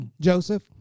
Joseph